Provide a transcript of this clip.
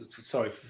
sorry